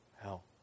hell